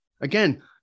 Again